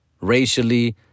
racially